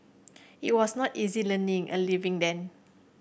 it was not easy learning a living then